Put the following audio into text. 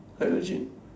like legit